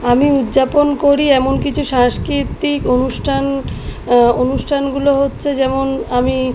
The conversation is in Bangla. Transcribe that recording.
আমি উদ্যাপন করি এমন কিছু সাংস্কৃতিক অনুষ্ঠান অনুষ্ঠানগুলো হচ্ছে যেমন আমি